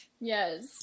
Yes